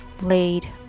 laid